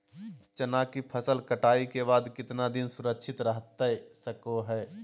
चना की फसल कटाई के बाद कितना दिन सुरक्षित रहतई सको हय?